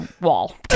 wall